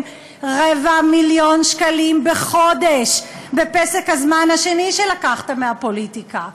רבע מיליון שקלים בחודש בפסק הזמן השני שלקחת מהפוליטיקה?